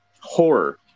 Horror